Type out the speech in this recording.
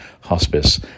Hospice